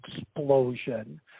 explosion